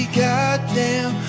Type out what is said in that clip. goddamn